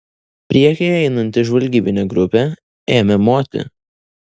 priekyje einanti žvalgybinė grupė ėmė moti